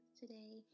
today